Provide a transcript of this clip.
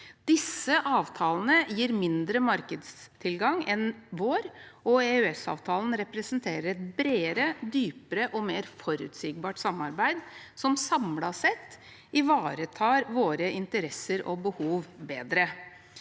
Disse avtalene gir mindre markedstilgang enn vår, og EØS-avtalen representerer et bredere, dypere og mer forutsigbart samarbeid som samlet sett ivaretar våre interesser og behov bedre.